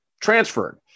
transferred